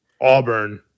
Auburn